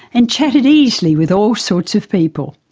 and chatted easily with all sorts of people.